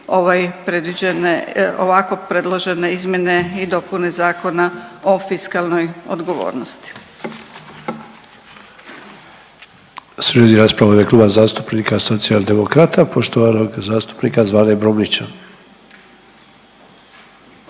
ovako predložene izmjene i dopune Zakona o fiskalnoj odgovornosti.